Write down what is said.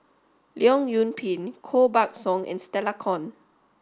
Leong Yoon Pin Koh Buck Song and Stella Kon